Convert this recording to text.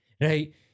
right